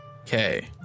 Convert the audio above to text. Okay